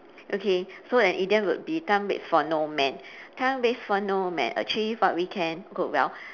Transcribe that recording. okay so an idiom would be time waits for no man time waits for no man achieve what we can good well